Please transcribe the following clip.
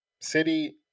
City